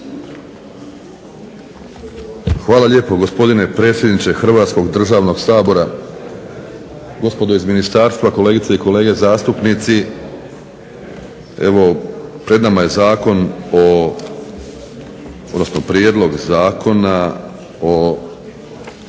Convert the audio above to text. Hvala lijepo gospodine predsjedniče Hrvatskog državnog sabora, gospodo iz ministarstva, kolegice i kolege zastupnici. Evo pred nama je zakon o, odnosno Prijedlog Zakona o